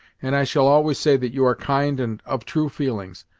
and i shall always say that you are kind and of true feelings,